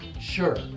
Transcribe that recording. sure